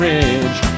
Ridge